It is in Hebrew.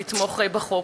לתמוך בחוק.